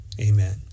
Amen